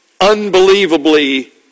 unbelievably